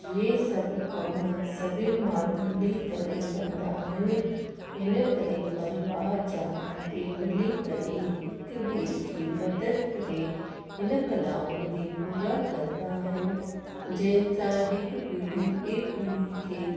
इहे सभु कम सभी माण्हू मिली करे कंदा आहिनि इन करे परिवार जा भाती मिली करे हिकु ॿिए जी मदद करे हिन कलाउनि खे पूरा कंदा आहिनि जंहिं सां हिकु पीढ़ी ॿिए पीढ़ी खे